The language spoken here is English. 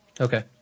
Okay